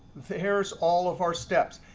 there's all of our steps.